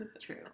true